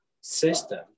system